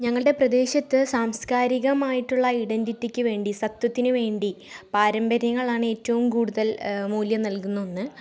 ഞങ്ങളുടെ പ്രദേശത്ത് സാംസ്കാരികമായിട്ടുള്ള ഐഡൻ്റിറ്റിക്ക് വേണ്ടി സത്വത്തിന് വേണ്ടി പാരമ്പര്യങ്ങളാണ് ഏറ്റവും കൂടുതൽ മൂല്യം നൽകുന്ന ഒന്ന്